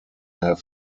have